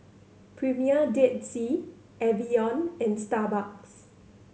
Premier Dead Sea Evian and Starbucks